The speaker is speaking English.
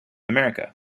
america